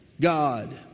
God